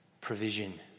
Provision